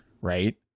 right